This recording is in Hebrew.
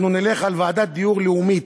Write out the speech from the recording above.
אנחנו נלך על ועדת דיור לאומית,